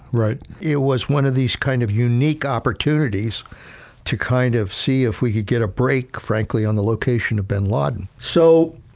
right. it was one of these kinds of unique opportunities to kind of see if we could get a break, frankly, on the location of bin laden. so,